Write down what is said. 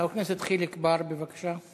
חבר הכנסת חיליק בר, בבקשה.